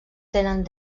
tenen